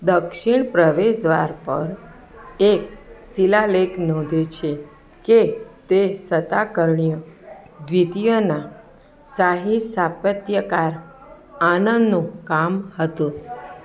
દક્ષિણ પ્રવેશદ્વાર પર એક શિલાલેખ નોંધે છે કે તે સતાકર્ણી દ્વિતીયના શાહી સ્થાપત્યકાર આનંદનું કામ હતું